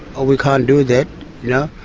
ah we can't do that. you know?